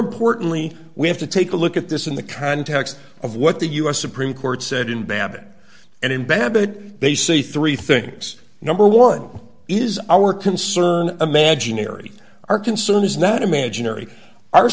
importantly we have to take a look at this in the context of what the u s supreme court said in babbitt and in babbitt they say three things number one is our concern imaginary our concern is not imaginary